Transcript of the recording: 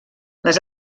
les